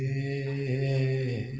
a